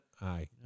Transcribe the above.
aye